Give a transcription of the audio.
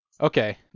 Okay